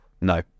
No